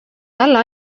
talle